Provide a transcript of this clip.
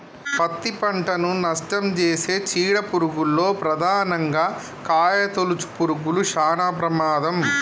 పత్తి పంటను నష్టంచేసే నీడ పురుగుల్లో ప్రధానంగా కాయతొలుచు పురుగులు శానా ప్రమాదం